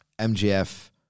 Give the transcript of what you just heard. MGF